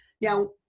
Now